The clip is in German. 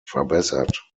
verbessert